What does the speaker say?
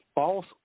false